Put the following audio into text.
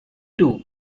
too